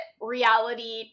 reality